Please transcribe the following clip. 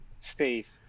Steve